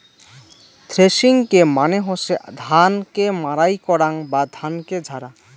থ্রেশিংকে মানে হসে ধান কে মাড়াই করাং বা ধানকে ঝাড়া